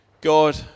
God